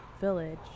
village